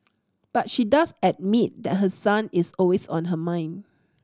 but she does admit that her son is always on her mind